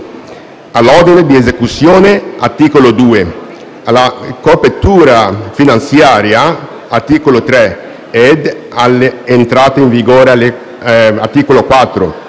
all'ordine di esecuzione (articolo 2), alla copertura finanziaria (articolo 3) ed all'entrata in vigore (articolo 4).